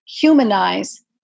humanize